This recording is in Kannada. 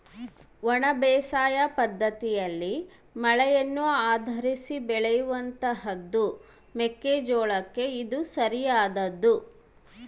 ಒಣ ಬೇಸಾಯ ಪದ್ದತಿಯಲ್ಲಿ ಮಳೆಯನ್ನು ಆಧರಿಸಿ ಬೆಳೆಯುವಂತಹದ್ದು ಮೆಕ್ಕೆ ಜೋಳಕ್ಕೆ ಇದು ಸರಿಯಾದದ್ದು